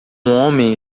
homem